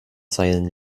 zeilen